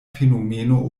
fenomeno